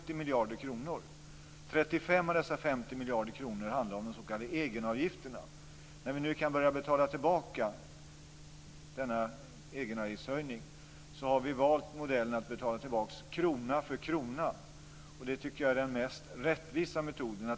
35 av dessa 50 miljarder kronor handlar om de s.k. egenavgifterna. När vi nu kan börja betala tillbaka denna egenavgiftshöjning har vi valt modellen att betala tillbaka krona för krona. Det tycker jag är den mest rättvisa metoden.